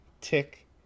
tick